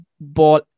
ball